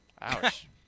Ouch